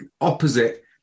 opposite